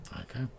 Okay